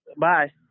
bye